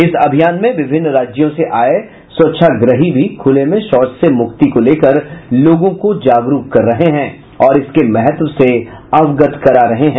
इस अभियान में विभिन्न राज्यों से आये स्वच्छाग्रही भी खुले में शौच से मुक्ति को लेकर लोगों को जागरूक कर रहे हैं और इसके महत्व से अवगत करा रहे हैं